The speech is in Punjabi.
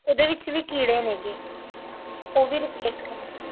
ਉਹਦੇ ਵਿੱਚ ਵੀ ਕੀੜੇ ਨੇਗੇ ਉਹ ਵੀ ਰਿਪਲੇਸ ਕਰਨੀ